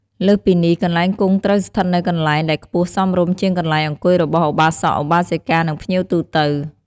លើសពីនេះ កន្លែងគង់ត្រូវស្ថិតនៅកន្លែងដែលខ្ពស់សមរម្យជាងកន្លែងអង្គុយរបស់ឧបាសក-ឧបាសិកា និងភ្ញៀវទូទៅ។